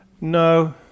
No